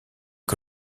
que